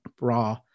raw